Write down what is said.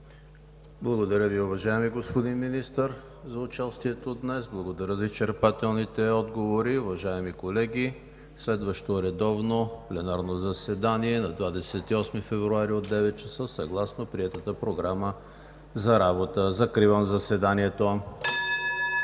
Благодаря, уважаеми господин Министър, за участието Ви днес, благодаря за изчерпателните отговори. Уважаеми колеги, следващо редовно пленарно заседание – на 28 февруари 2019 г., от 9,00 ч. съгласно приетата Програма за работа. Закривам заседанието. (Звъни.)